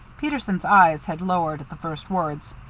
peterson's eyes had lowered at the first words.